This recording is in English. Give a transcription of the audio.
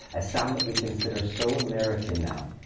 a sound that we consider so american now.